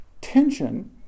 tension